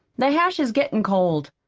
the hash is gettin' cold.